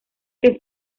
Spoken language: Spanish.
que